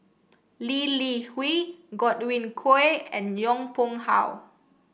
Lee Li Hui Godwin Koay and Yong Pung How